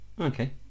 Okay